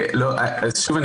שוב,